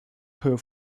her